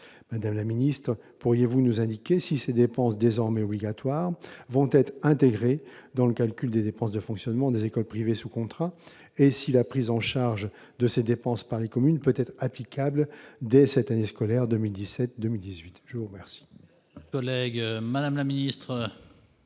Madame la ministre, pourriez-vous nous indiquer si ces dépenses, désormais obligatoires, vont être intégrées dans le calcul des dépenses de fonctionnement des écoles privées sous contrat et si la prise en charge de ces dépenses par les communes peut être applicable dès cette année scolaire 2017-2018 ? La parole